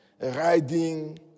riding